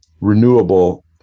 renewable